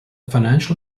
financial